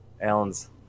Alan's